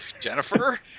Jennifer